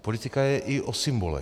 Politika je i o symbolech.